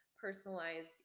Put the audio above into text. personalized